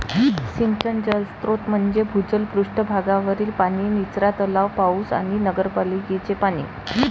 सिंचन जलस्रोत म्हणजे भूजल, पृष्ठ भागावरील पाणी, निचरा तलाव, पाऊस आणि नगरपालिकेचे पाणी